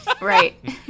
Right